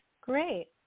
Great